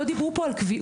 לא דיברו פה על קביעות,